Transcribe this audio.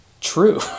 true